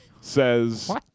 says